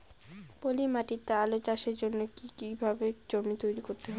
পলি মাটি তে আলু চাষের জন্যে কি কিভাবে জমি তৈরি করতে হয়?